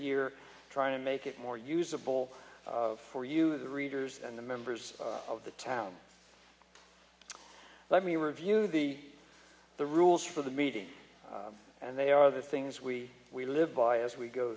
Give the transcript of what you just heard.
year trying to make it more usable for you the readers and the members of the town let me review the the rules for the meeting and they are the things we we live by as we go